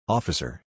Officer